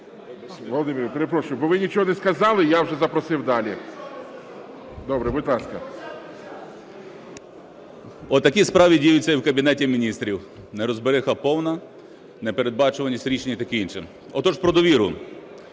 Володимир, перепрошую, бо ви нічого не сказали, я вже запросив далі. Добре, будь ласка. 10:33:47 РУЩИШИН Я.І. Отакі справи діються і в Кабінеті Міністрів: нерозбериха повна, непередбачуваність рішень і таке інше. Отож – про довіру.